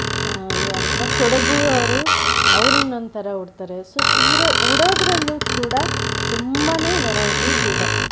ಯಾರಪ್ಪ ಕೊಡಗು ಅವರು ಅವರಿನ್ನೊಂದು ಥರ ಉಡ್ತಾರೆ ಸೊ ಸೀರೆ ಉಡೋದರಲ್ಲೂ ಕೂಡ ತುಂಬನೇ ವೆರೈಟೀಸ್ ಇದೆ